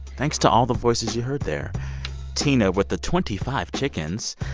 thanks to all the voices you heard there tina with the twenty five chickens.